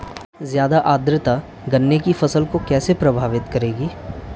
ज़्यादा आर्द्रता गन्ने की फसल को कैसे प्रभावित करेगी?